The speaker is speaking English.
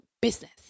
Business